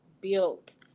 built